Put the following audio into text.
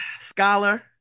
scholar